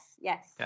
yes